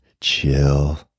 chill